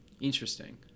Interesting